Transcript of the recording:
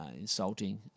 insulting